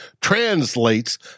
translates